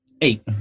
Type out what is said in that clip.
Eight